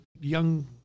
young